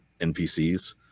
NPCs